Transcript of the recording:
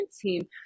team